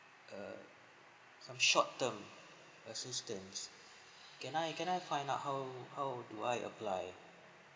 a some short term assistance can I can I find out how how do I apply